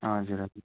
हजुर हजुर